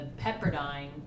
Pepperdine